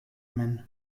man